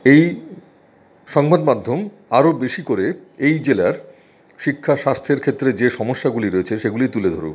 এই সংবাদমাধ্যম আরো বেশি করে এই জেলার শিক্ষা স্বাস্থ্যের ক্ষেত্রে যে সমস্যাগুলি রয়েছে সেগুলি তুলে ধরুক